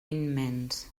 immens